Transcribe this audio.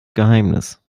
geheimnis